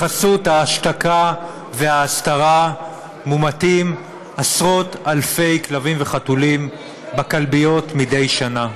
בחסות ההשתקה וההסתרה מומתים עשרות-אלפי כלבים וחתולים בכלביות מדי שנה,